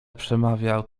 przemawia